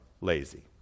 lazy